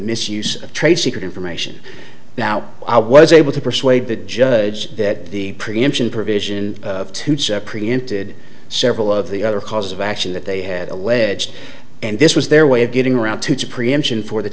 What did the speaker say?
misuse of trade secret information now i was able to persuade the judge that the preemption provision preempted several of the other causes of action that they had alleged and this was their way of getting around to to preemption for the